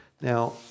Now